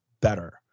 better